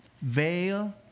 veil